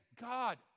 God